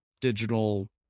digital